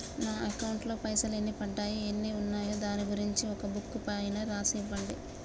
నా అకౌంట్ లో పైసలు ఎన్ని పడ్డాయి ఎన్ని ఉన్నాయో దాని గురించి ఒక బుక్కు పైన రాసి ఇవ్వండి?